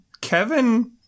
Kevin